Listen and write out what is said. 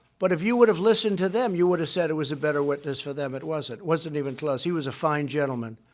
but if you would've listened to them, you would've said it was a better witness for them. it wasn't. it wasn't even close. he was a fine gentleman.